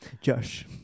Josh